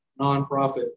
nonprofit